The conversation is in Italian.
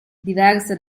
diverse